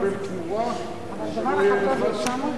שלא